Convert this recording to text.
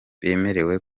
bemerewe